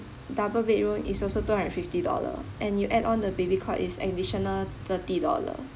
double bedroom is also two hundred fifty dollar and you add on the baby cot is additional thirty dollar